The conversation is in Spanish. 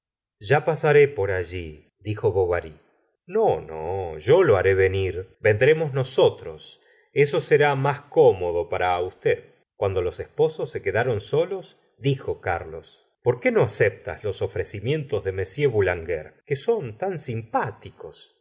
ya pasaré por allídijo bovary no no yo lo haré venir vendremos nosotros eso será más cómodo para usted cuando los esposos se quedaron solos dijo carlos por qué no aceptas los ofrecimientos de monsieur boulanger que son tan simpáticos